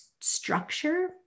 structure